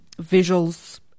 visuals